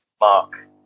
Mark